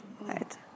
right